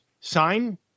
sign